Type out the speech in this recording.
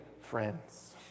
friends